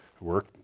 work